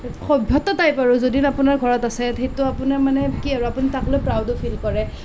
সভ্যতা টাইপ আৰু যদি আপোনাৰ ঘৰত আছে সেইটো আপোনাৰ মানে কি আৰু আপুনি তাক লৈ প্ৰাউডো ফিল কৰে